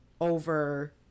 over